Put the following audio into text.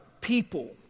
people